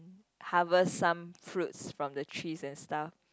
harvest some fruits from the trees and stuff